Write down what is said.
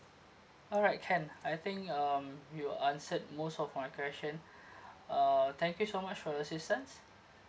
alright can I think um you answered most of my question uh thank you so much for your assistance